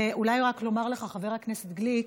ואולי רק לומר לך, חבר הכנסת גליק,